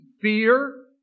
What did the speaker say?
fear